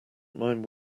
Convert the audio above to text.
mind